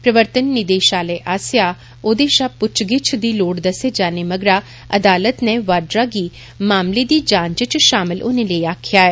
प्रवर्तन निदेषालय आस्सेआ ओदे षा पुच्छ गिच्छ दी लोड़ दस्से जाने मगरा अदालत नै वाड्रा गी मामले दी जांच च षामल होने लेई आक्खेआ ऐ